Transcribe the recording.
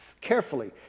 carefully